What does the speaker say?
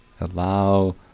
Allow